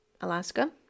alaska